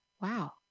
wow